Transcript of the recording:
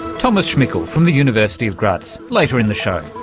thomas schmickl from the university of graz, later in the show.